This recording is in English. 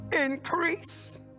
increase